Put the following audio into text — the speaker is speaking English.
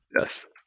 yes